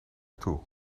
toe